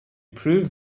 prove